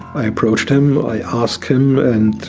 i approached him. i asked him and